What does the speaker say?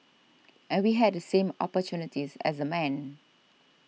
and we had the same opportunities as the men